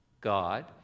God